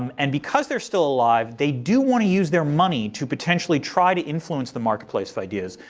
um and because they're still alive, they do want to use their money to potentially try to influence the marketplace of ideas.